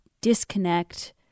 disconnect